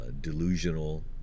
delusional